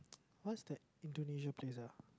what's that Indonesia place ah